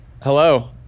Hello